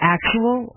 Actual